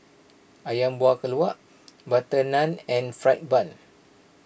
Ayam Buah Keluak Butter Naan and Fried Bun